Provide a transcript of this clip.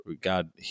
God